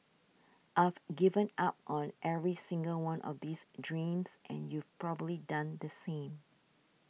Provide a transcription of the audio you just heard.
I've given up on every single one of these dreams and you've probably done the same